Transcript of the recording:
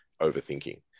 overthinking